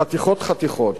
חתיכות חתיכות.